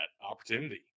opportunity